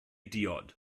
diod